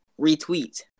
retweet